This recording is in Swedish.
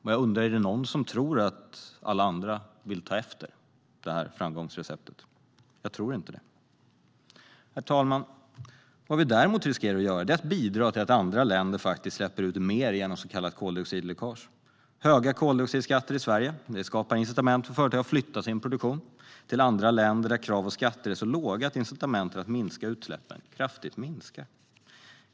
Är det verkligen någon som tror att alla andra vill ta efter detta framgångsrecept? Jag tror inte det. Vad vi däremot riskerar att göra är att bidra till att andra länder faktiskt släpper ut mer genom så kallat koldioxidläckage. Höga koldioxidskatter i Sverige skapar incitament för företag att flytta sin produktion till andra länder, där krav och skatter är så låga att incitamenten att minska utsläppen kraftigt minskar.